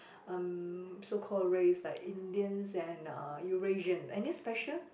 um so called race like Indians and uh Eurasian any special